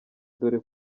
dore